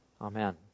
Amen